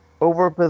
Over